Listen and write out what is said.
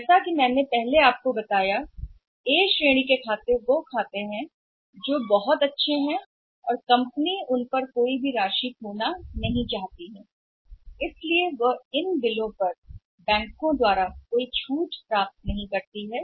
जैसा कि मैंने आपको बताया है कि ए श्रेणी के खाते बहुत अच्छी हैं कंपनी उस पर कोई धन नहीं खोना चाहती ताकि वे ऐसा करें इन बिलों को बैंक से छूट नहीं मिलती है